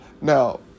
Now